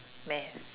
math